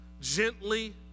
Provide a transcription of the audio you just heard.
gently